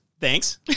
thanks